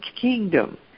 kingdom